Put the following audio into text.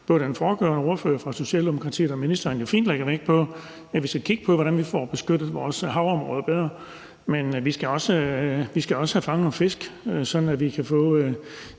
både den foregående ordfører fra Socialdemokratiet og ministeren jo fint lægger vægt på, nemlig at vi skal kigge på, hvordan vi får beskyttet vores havområder bedre, men at vi også skal have fanget nogle fisk, så vi kan få